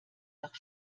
nach